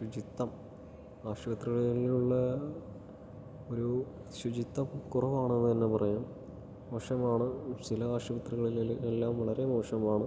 ശുചിത്വം ആശുപത്രികളിൽ ഉള്ള ഒരു ശുചിത്വം കുറവാണെന്ന് തന്നെ പറയാം മോശമാണ് ചില ആശുപത്രികളില് എല്ലാം വളരെ മോശമാണ്